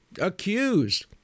accused